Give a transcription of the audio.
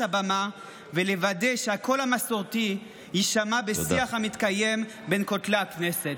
הבמה ולוודא שהקול המסורתי יישמע בשיח המתקיים בין כותלי הכנסת.